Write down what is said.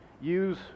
use